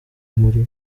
muri